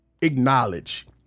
acknowledge